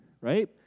right